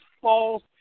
false